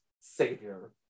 savior